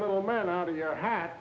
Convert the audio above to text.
little man out of your hat